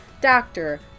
doctor